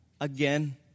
again